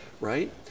right